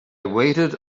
waited